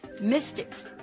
mystics